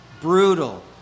Brutal